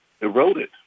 eroded